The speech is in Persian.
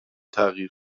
تغییر